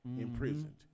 imprisoned